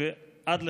ועד לכאן,